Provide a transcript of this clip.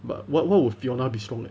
but what what would fiona be strong at